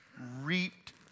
reaped